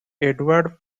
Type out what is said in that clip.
edward